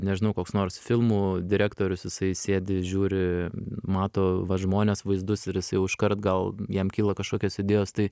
nežinau koks nors filmų direktorius jisai sėdi žiūri mato va žmones vaizdus ir jis jau iškart gal jam kyla kažkokios idėjos tai